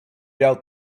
doubt